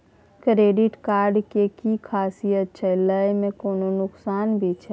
Credit card के कि खासियत छै, लय में कोनो नुकसान भी छै?